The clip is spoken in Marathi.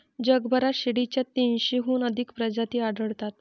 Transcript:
जगभरात शेळीच्या तीनशेहून अधिक प्रजाती आढळतात